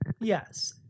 yes